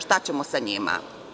Šta ćemo sa njima?